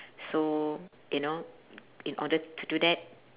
so you know in order to do that